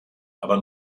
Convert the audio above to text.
aber